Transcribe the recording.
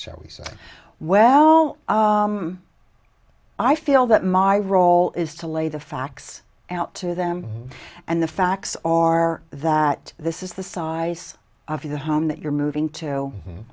shall we say well i feel that my role is to lay the facts out to them and the facts are that this is the size of your home that you're moving to